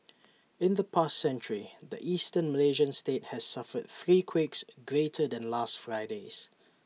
in the past century the Eastern Malaysian state has suffered three quakes greater than last Friday's